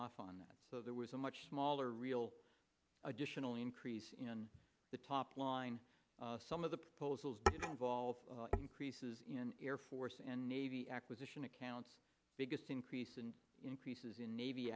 off on that so there was a much smaller real additional increase in the top line some of the proposals involve creases in air force and navy acquisition accounts biggest increase in increases in navy